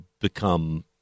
become